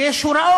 כי יש הוראות